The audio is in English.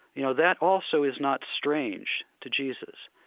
you know, that also is not strange to jesus.